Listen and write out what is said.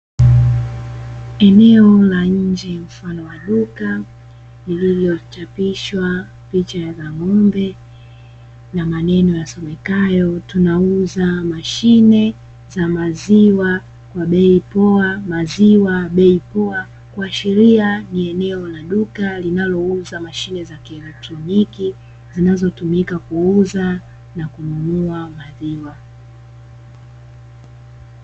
Eneo la nje mfano wa duka lililochapishwa picha za ng'ombe na maneno yasomekayo " Tunauza mashine za maziwa kwa bei poa, maziwa bei poa" kuashiria ni eneo la duka linalouza mashine za kielektroniki zinazotumika kuuza na kununua maziwa.